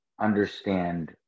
understand